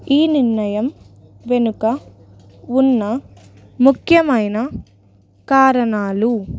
ఈ నిర్ణయం వెనుక ఉన్న ముఖ్యమైన కారణాలు